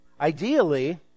Ideally